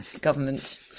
government